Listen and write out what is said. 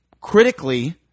critically –